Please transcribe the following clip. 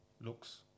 Looks